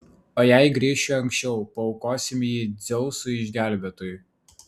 o jei grįšiu anksčiau paaukosime jį dzeusui išgelbėtojui